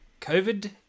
COVID